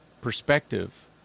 perspective